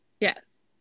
Yes